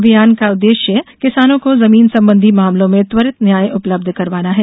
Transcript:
अभियान का उददेष्य किसानों को जमीन संबंधी मामलों में त्वरित न्याय उपलब्ध करवाना है